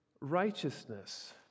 righteousness